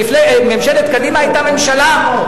ממשלת קדימה היתה ממשלה מצוינת.